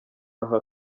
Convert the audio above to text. aha